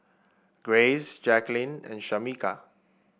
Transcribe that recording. Grace Jacquelin and Shameka